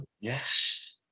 yes